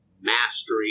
mastery